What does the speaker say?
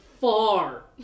far